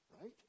Right